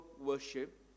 worship